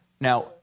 Now